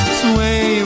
sway